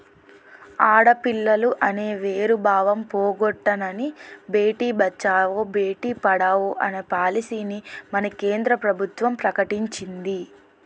ఆడపిల్లలు అనే వేరు భావం పోగొట్టనని భేటీ బచావో బేటి పడావో అనే పాలసీని మన కేంద్ర ప్రభుత్వం ప్రకటించింది